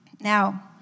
Now